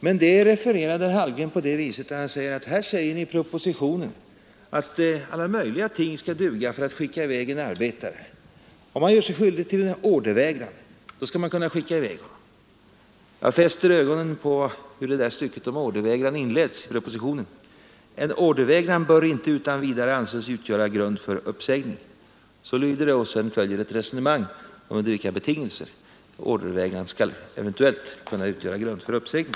Men det refererade herr Hallgren genom att säga att här står det i propositionen att alla möjliga ting skall duga för att skicka i väg en arbetare. T. ex. om han gör sig skyldig till ordervägran skall man kunna skicka i väg honom. Jag fäster ögonen på inledningen av det där stycket om ordervägran i propositionen: ”En ordervägran bör inte utan vidare anses utgöra grund för uppsägning.” Så står det. Och därefter följer ett resonemang om under vilka betingelser ordervägran eventuellt skall kunna utgöra grund för uppsägning.